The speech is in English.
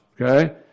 okay